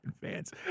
fans